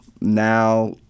Now